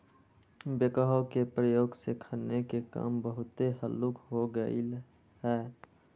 backhoe के प्रयोग से खन्ने के काम बहुते हल्लुक हो गेलइ ह